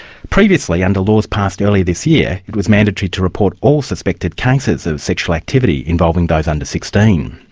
previously under laws passed early this year, it was mandatory to report all suspected cases of sexual activity involving those under sixteen.